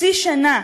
חצי שנה,